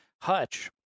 Hutch